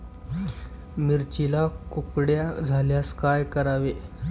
मिरचीला कुकड्या झाल्यास काय करावे?